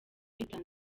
tanzania